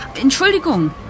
Entschuldigung